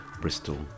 Bristol